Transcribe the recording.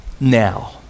now